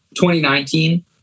2019